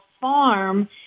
farm